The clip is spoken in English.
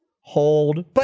hold